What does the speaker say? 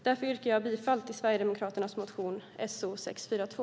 Därför yrkar jag bifall till Sverigedemokraternas motion So642.